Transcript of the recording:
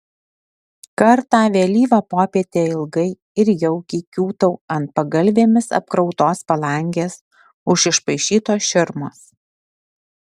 kartą vėlyvą popietę ilgai ir jaukiai kiūtau ant pagalvėmis apkrautos palangės už išpaišytos širmos